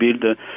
build